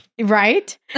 Right